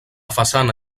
façana